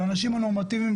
האנשים הנורמטיביים,